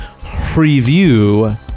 preview